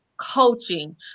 coaching